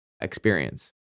experience